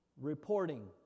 reporting